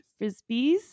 frisbees